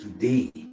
today